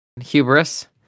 Hubris